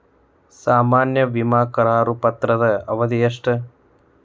ಸಾಮಾನ್ಯ ವಿಮಾ ಕರಾರು ಪತ್ರದ ಅವಧಿ ಎಷ್ಟ?